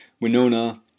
winona